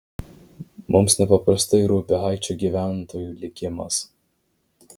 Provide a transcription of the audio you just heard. mums nepaprastai rūpi haičio gyventojų likimas